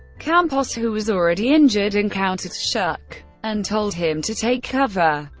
campos, who was already injured, encountered schuck and told him to take cover.